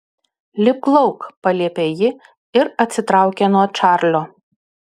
lipk lauk paliepė ji ir atsitraukė nuo čarlio